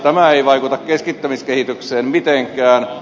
tämä ei vaikuta keskittämiskehitykseen mitenkään